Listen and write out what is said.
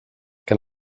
can